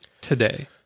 today